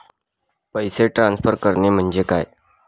पैसे ट्रान्सफर करणे म्हणजे काय?